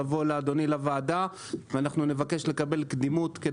לבוא לוועדה ונבקש לקבל קדימות.